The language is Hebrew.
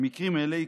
במקרים אלה,